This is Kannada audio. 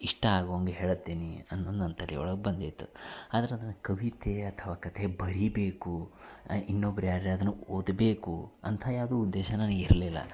ಇಷ್ಟ ಆಗುವಂಗೆ ಹೇಳ್ತೀನಿ ಅನ್ನೋದು ನನ್ನ ತಲಿಯೊಳಗೆ ಬಂದಿತ್ತು ಆದ್ರೆ ಅದನ್ನ ಕವಿತೆ ಅಥವಾ ಕಥೆ ಬರಿಬೇಕು ಇನ್ನೊಬ್ರು ಯಾರೋ ಅದನ್ನು ಓದಬೇಕು ಅಂತ ಯಾವುದೂ ಉದ್ದೇಶ ನನಗೆ ಇರಲಿಲ್ಲ